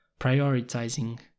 prioritizing